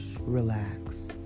relax